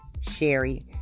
Sherry